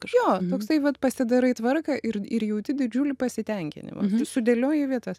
jo toksai vat pasidarai tvarką ir ir jauti didžiulį pasitenkinimą sudėlioji į vietas